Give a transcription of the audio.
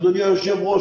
אדוני היושב-ראש,